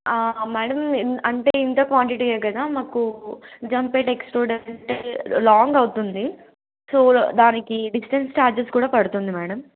madam అంటే ఇంత క్వాంటిటీయే కదా మాకు జన్పేట్ ఎక్స్ రోడ్ అంటే లాంగ్ అవుతుంది సో దానికి డిస్టెన్స్ ఛార్జెస్ కూడా పడుతుంది మ్యాడమ్